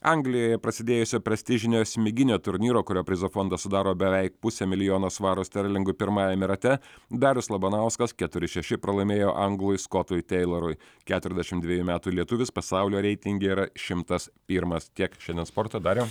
anglijoje prasidėjusio prestižinio smiginio turnyro kurio prizų fondą sudaro beveik pusė milijono svaro sterlingų pirmajame rate darius labanauskas keturi šeši pralaimėjo anglui skotui teilorui keturiasdešimt dviejų metų lietuvis pasaulio reitinge yra šimtas pirmas tiek šiandien sporto dariau